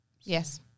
Yes